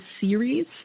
series